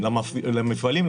המפעלים.